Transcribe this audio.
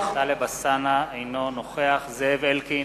אינו נוכח זאב אלקין,